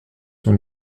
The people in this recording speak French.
son